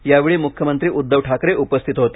यावेळी मुख्यमंत्री उद्दव ठाकरे उपस्थित होते